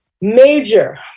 major